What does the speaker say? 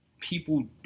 people